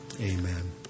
Amen